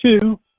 Two